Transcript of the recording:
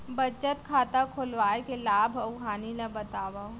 बचत खाता खोलवाय के लाभ अऊ हानि ला बतावव?